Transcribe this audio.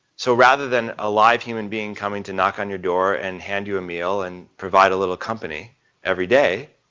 so rather than a live human being coming to knock on your door and hand you a meal and provide a little company everyday,